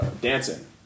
dancing